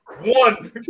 One